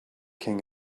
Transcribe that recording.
king